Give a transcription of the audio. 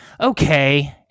Okay